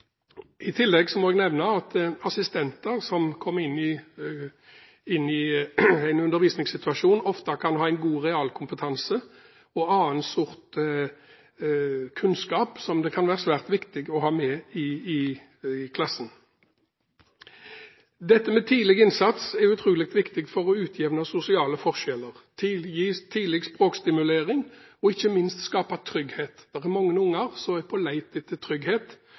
I tillegg må jeg nevne at assistenter som kommer inn i en undervisningssituasjon, ofte kan ha en god realkompetanse og annen sort kunnskap som det kan være svært viktig å ha med i klassen. Dette med tidlig innsats er utrolig viktig for å utjevne sosiale forskjeller. En må gi tidlig språkstimulering og ikke minst skape trygghet. Det er mange unger som er på leit etter trygghet,